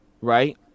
right